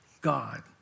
God